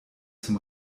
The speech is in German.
zum